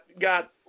got